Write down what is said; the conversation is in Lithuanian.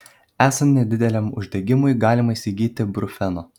esant nedideliam uždegimui galima įsigyti brufeno